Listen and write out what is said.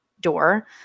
door